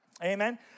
Amen